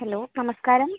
hello നമസ്കാരം